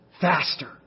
faster